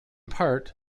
part